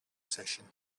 session